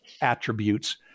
attributes